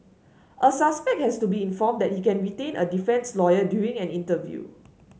a suspect has to be informed that he can retain a defence lawyer during an interview